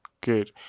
Good